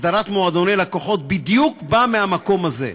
הסדרת מועדוני לקוחות, בדיוק בא מהמקום הזה.